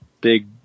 big